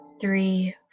three